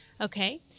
okay